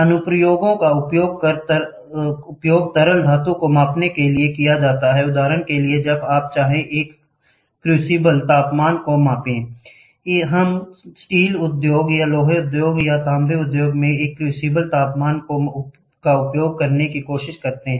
अनुप्रयोगों का उपयोग तरल धातु को मापने के लिए किया जाता है उदाहरण के लिए जब आप चाहें एक क्रूसिबल तापमान को मापें हम स्टील उद्योग या लोहा उद्योग या तांबा उद्योग में एक क्रूसिबल तापमान का उपयोग करने की कोशिश करते हैं